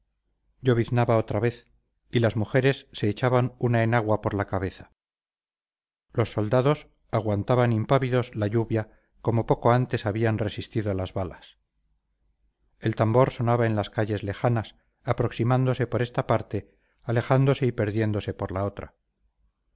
lloviznaba otra vez y las mujeres se echaban una enagua por la cabeza los soldados aguantaban impávidos la lluvia como poco antes habían resistido las balas el tambor sonaba en las calles lejanas aproximándose por esta parte alejándose y perdiéndose por la otra